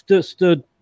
stood